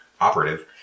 operative